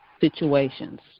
situations